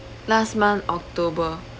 last month october